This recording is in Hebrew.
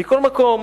מכל מקום,